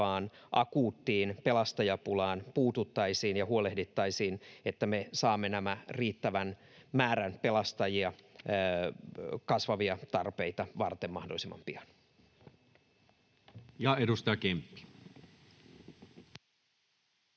olevaan akuuttiin pelastajapulaan puututtaisiin ja huolehdittaisiin, että me saamme riittävän määrän pelastajia kasvavia tarpeita varten mahdollisimman pian. [Speech